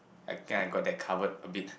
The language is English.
I can I got that covered a bit